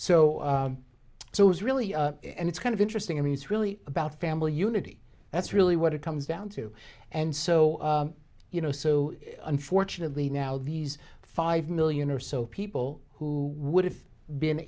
status so it was really and it's kind of interesting i mean it's really about family unity that's really what it comes down to and so you know so unfortunately now these five million or so people who would have been